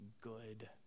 good